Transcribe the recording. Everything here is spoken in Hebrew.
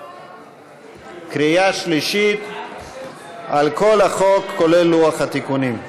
קריאה שלישית על כל החוק, כולל לוח התיקונים.